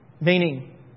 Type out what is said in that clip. Meaning